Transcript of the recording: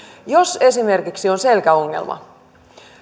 jos esimerkiksi on selkäongelma